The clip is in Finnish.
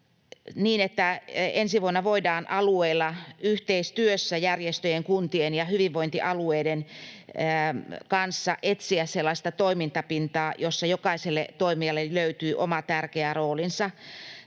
ensi vuonna voidaan alueilla yhteistyössä järjestöjen, kuntien ja hyvinvointialueiden kanssa etsiä sellaista toimintapintaa, jossa jokaiselle toimijalle löytyy oma tärkeä roolinsa.